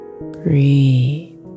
Breathe